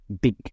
big